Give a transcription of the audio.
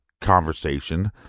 conversation